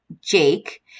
Jake